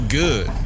good